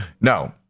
No